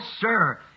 sir